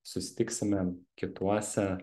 susitiksime kituose